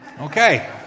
Okay